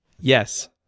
Yes